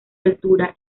altura